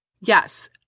Yes